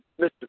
Mr